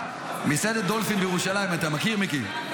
מסעדת דולפין בירושלים, אתה מכיר, מיקי?